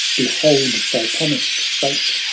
behold thy promised fate!